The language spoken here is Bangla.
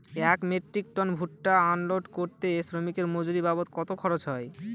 এক মেট্রিক টন ভুট্টা আনলোড করতে শ্রমিকের মজুরি বাবদ কত খরচ হয়?